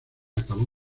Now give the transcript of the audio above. acabó